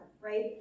right